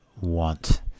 want